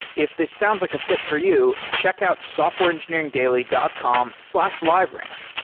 if this sounds like a fit for you, check out softwareengineeringdaily dot com slash liveramp.